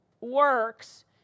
works